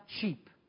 cheap